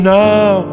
now